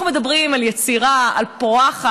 אנחנו מדברים על יצירה פורחת,